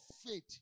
faith